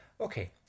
Okay